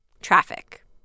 Traffic